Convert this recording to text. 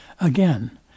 Again